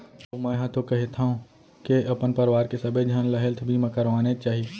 अउ मैं तो कहिथँव के अपन परवार के सबे झन ल हेल्थ बीमा करवानेच चाही